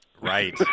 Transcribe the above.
Right